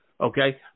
okay